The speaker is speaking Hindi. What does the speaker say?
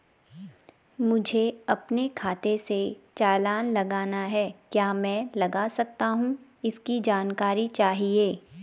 मुझे अपने खाते से चालान लगाना है क्या मैं लगा सकता हूँ इसकी जानकारी चाहिए?